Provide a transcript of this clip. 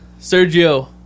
Sergio